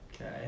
Okay